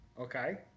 Okay